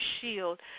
shield